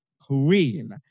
queen